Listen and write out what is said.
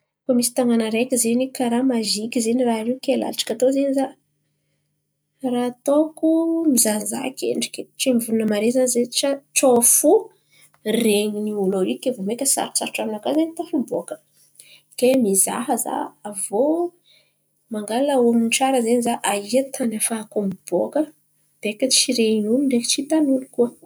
Koa misy tanàn̈a areky zen̈y, karà maziky zen̈y raha io latsaka tô zen̈y za. Raha atôko mizahazaha kendriky tsy mivolan̈a mare za zen̈y tsô fo ren̈iny ny olo ary kay meka sarotsarotro aminakà zen̈y tafiboaka. Ke mizaha za, avô mangala honon̈o tsara zen̈y za aia an-tan̈y afahako miboaka beka tsy ren̈in'olo, ndreky tsy hitan'olo koa.